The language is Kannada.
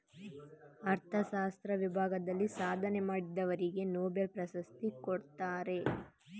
ಅರ್ಥಶಾಸ್ತ್ರ ವಿಭಾಗದಲ್ಲಿ ಸಾಧನೆ ಮಾಡಿದವರಿಗೆ ನೊಬೆಲ್ ಪ್ರಶಸ್ತಿ ಕೊಡ್ತಾರೆ